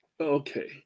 Okay